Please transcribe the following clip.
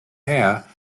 air